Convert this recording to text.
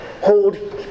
hold